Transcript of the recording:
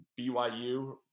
BYU